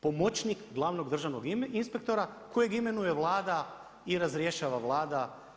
Pomoćnik glavnog državnog inspektora kojeg imenuje Vlada i razrješava Vlada.